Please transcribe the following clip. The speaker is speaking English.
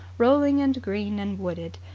rolling and green and wooded.